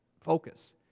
focus